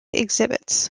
exhibits